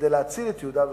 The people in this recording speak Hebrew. כדי להציל את יהודה ושומרון.